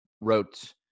wrote